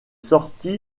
sorti